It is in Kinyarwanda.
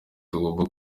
tugomba